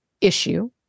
issue